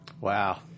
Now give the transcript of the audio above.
Wow